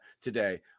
today